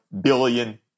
billion